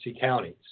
counties